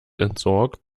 entsorgt